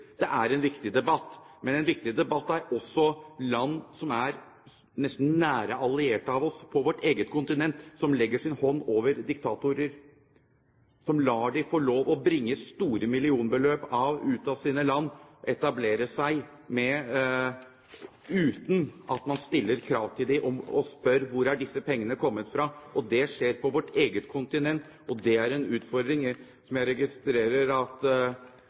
Det er en viktig debatt, men en viktig debatt er også den om land på vårt eget kontinent som nesten er våre nære allierte, som legger sin hånd over diktatorer, og som lar dem få lov til å bringe store millionbeløp ut av sitt land og etablere seg med dem, uten at man stiller krav til dem og spør: Hvor er disse pengene kommet fra? Dette skjer på vårt eget kontinent. Det er en utfordring som jeg registrerer at